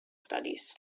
studies